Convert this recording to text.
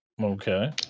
okay